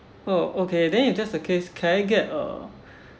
oh okay then if that's the case can I get a